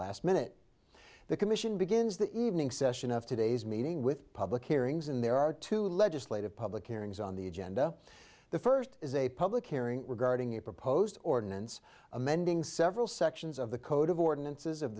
last minute the commission begins the evening session of today's meeting with public hearings and there are two legislative public hearings on the agenda the first is a public hearing regarding a proposed ordinance amending several sections of the code of ordinances of